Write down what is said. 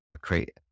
create